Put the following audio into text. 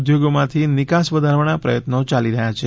ઉદ્યોગોમાંથી નિકાસ વધારવાના પ્રયત્નો યાલી રહ્યા છે